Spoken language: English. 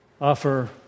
Offer